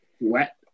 wet